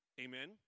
Amen